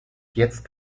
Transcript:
jetzt